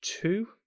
Two